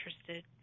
interested